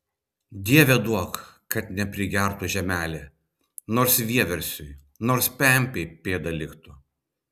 dieve duok kad neprigertų žemelė nors vieversiui nors pempei pėda liktų